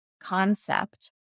concept